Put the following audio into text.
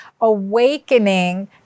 awakening